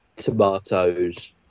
tomatoes